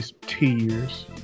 tears